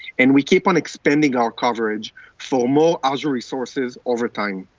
and we keep on expanding our coverage for more azure resources over time.